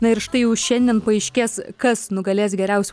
na ir štai jau šiandien paaiškės kas nugalės geriausių